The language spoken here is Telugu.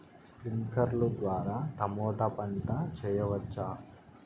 స్ప్రింక్లర్లు ద్వారా టమోటా పంట చేయవచ్చా?